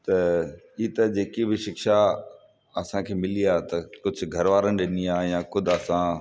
त हीअ त जेकी बि शिक्षा असांखे मिली आहे त कुझु घर वारनि ॾिनी आहे या ख़ुदि असां